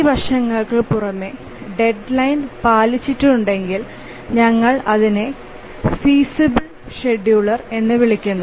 ഈ വശങ്ങൾക്ക് പുറമേ ഡെഡ് ലൈന് പാലിച്ചിട്ടുണ്ടെങ്കിൽ ഞങ്ങൾ അതിനെ ഫീസബൽ ഷെഡ്യൂളർ എന്ന് വിളിക്കുന്നു